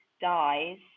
dies